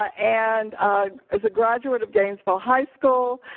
ah and as a graduate of gainesville high school,